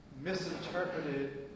misinterpreted